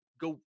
go